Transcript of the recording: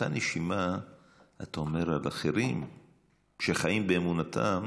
באותה נשימה אתה אומר על אחרים שחיים באמונתם,